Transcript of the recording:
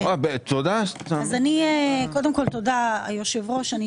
קודם כל, תודה היושב-ראש.